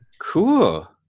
Cool